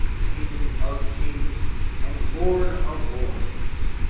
king of kings and lord of lords.